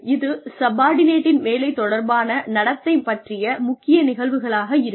இது சப்பார்டினேட்டின் வேலை தொடர்பான நடத்தை பற்றிய முக்கிய நிகழ்வுகளாக இருக்கும்